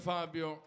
Fabio